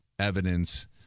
Evidence